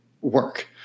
work